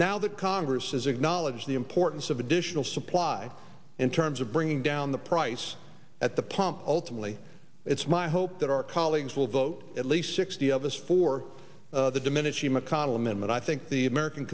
now that congress has acknowledged the importance of additional supply in terms of bringing down the price at the pump ultimately it's my hope that our colleagues will vote at least sixty of us for the domenici mcconnell amendment i think the american